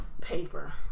paper